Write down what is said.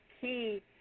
key